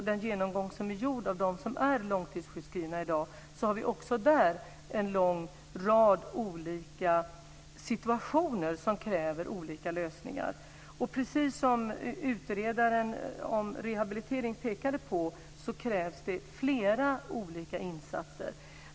Den genomgång som är gjord av de som är långtidssjukskrivna i dag visar att det också där finns en lång rad olika situationer som kräver olika lösningar. Precis som utredaren om rehabilitering pekade på, krävs det flera olika insatser.